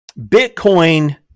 Bitcoin